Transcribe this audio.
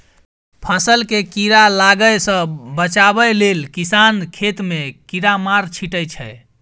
फसल केँ कीड़ा लागय सँ बचाबय लेल किसान खेत मे कीरामार छीटय छै